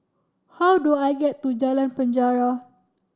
how do I get to Jalan Penjara